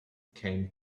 came